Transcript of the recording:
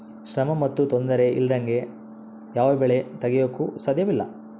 ಶ್ರಮ ಮತ್ತು ತೊಂದರೆ ಇಲ್ಲದಂಗೆ ಯಾವ ಬೆಳೆ ತೆಗೆಯಾಕೂ ಸಾಧ್ಯಇಲ್ಲ